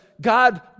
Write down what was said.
God